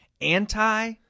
anti